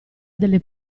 delle